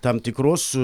tam tikros